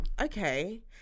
okay